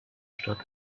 stadt